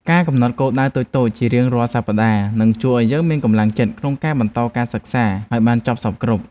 ការកំណត់គោលដៅតូចៗជារៀងរាល់សប្តាហ៍នឹងជួយឱ្យយើងមានកម្លាំងចិត្តក្នុងការបន្តការសិក្សាឱ្យបានចប់សព្វគ្រប់។